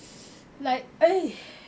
like !oi!